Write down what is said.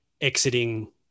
exiting